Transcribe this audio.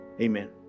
Amen